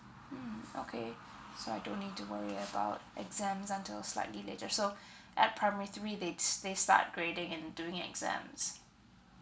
mm okay so I don't need to worry about exams until slightly later so at primary three they s~ they start grading and doing exams